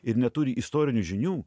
ir neturi istorinių žinių